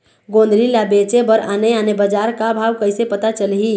गोंदली ला बेचे बर आने आने बजार का भाव कइसे पता चलही?